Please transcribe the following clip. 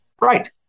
Right